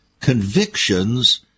convictions